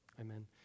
amen